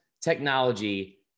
technology